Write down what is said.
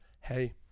hey